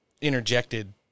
interjected